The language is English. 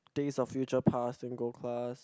Days-of-Future-Past in gold class